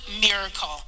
miracle